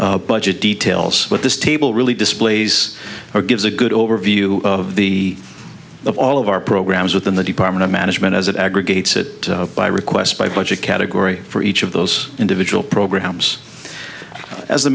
your budget details but this table really displays or gives a good overview of the of all of our programs within the department of management as it aggregates it by request by budget category for each of those individual programs as